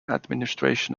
administration